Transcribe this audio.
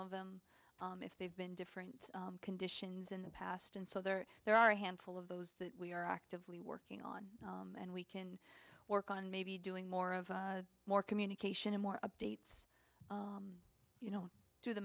of them if they've been different conditions in the past and so they're there are a handful of those that we are actively working on and we can work on maybe doing more of more communication and more updates you know to the